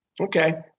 Okay